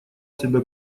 себя